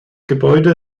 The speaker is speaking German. gebäude